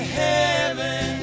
heaven